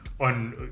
on